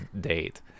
date